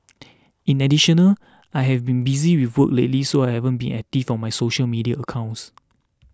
in additional I have been busy with work lately so I haven't been active on my social media accounts